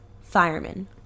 firemen